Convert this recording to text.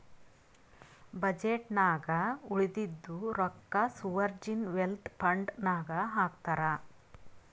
budget ನಾಗ್ ಉಳದಿದ್ದು ರೊಕ್ಕಾ ಸೋವರ್ಜೀನ್ ವೆಲ್ತ್ ಫಂಡ್ ನಾಗ್ ಹಾಕ್ತಾರ್